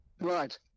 right